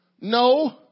No